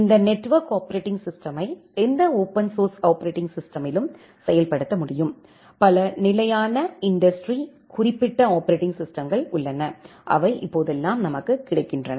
இந்த network operating சிஸ்டெமை எந்த ஓபன் சோர்ஸ் ஆப்பரேட்டிங் சிஸ்டெமிலும் செயல்படுத்த முடியும் பல நிலையான இண்டஸ்ட்ரி குறிப்பிட்ட ஆப்பரேட்டிங் சிஸ்டம்கள் உள்ளன அவை இப்போதெல்லாம் நமக்கு கிடைக்கின்றன